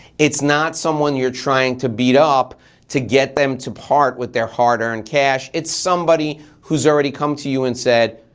it's not someone you're trying to beat up to get them to part with their hard-earned cash. it's somebody who's already come to you and said,